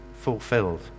fulfilled